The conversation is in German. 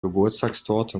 geburtstagstorte